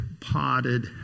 potted